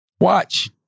Watch